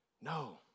no